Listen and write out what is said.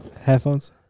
headphones